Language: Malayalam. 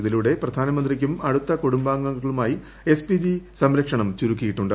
ഇതിലൂടെ പ്രധാനമന്ത്രിക്കും അടുത്ത കുടുംബാംഗങ്ങൾക്കുമായി എസ് പി ജി സംരക്ഷണം ചുരുക്കിയിട്ടുണ്ട്